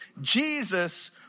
Jesus